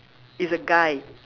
is a guy